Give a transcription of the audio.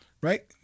Right